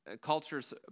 culture's